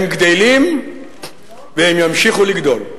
הם גדלים והם ימשיכו לגדול.